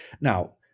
now